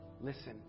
listen